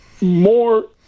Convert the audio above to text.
more